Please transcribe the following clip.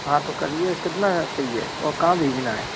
हाँ तो करिए कितना है चाहिए और कहाँ भेजना है